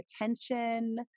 attention